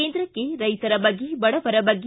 ಕೇಂದ್ರಕ್ಷೆ ರೈತರ ಬಗ್ಗೆ ಬಡವರ ಬಗ್ಗೆ